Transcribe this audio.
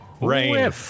Rain